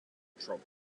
trouble